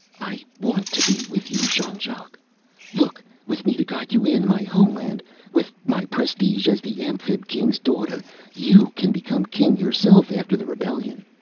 i want to be with you, jean-jacques! look, with me to guide you in, my homeland with my prestige as the amphib-king's daughter you can become king yourself after the rebellion.